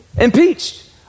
Impeached